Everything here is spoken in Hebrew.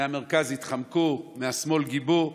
מהמרכז התחמקו, מהשמאל גיבו.